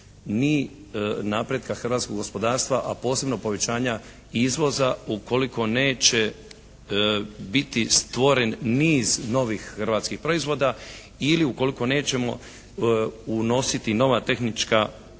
ni napretka hrvatskog gospodarstva, a posebno povećanja izvoza ukoliko neće biti stvoren niz novih hrvatskih proizvoda ili ukoliko nećemo unositi nova tehnička dostignuća